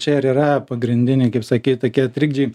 čia ir yra pagrindiniai kaip sakyt tokie trikdžiai